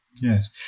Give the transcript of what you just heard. Yes